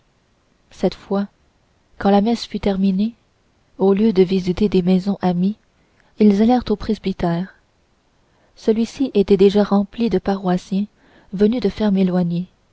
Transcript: cette fois quand la messe fut terminée au lieu de visiter les maisons amies ils allèrent au presbytère celui-ci était déjà rempli de paroissiens venus de fermes éloignées